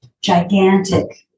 gigantic